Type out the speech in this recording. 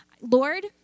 Lord